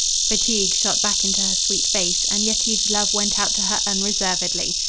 fatigue shot back into her sweet face, and yetive's love went out to her unreservedly.